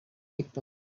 itunes